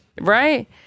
Right